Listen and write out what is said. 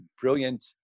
brilliant